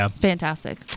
fantastic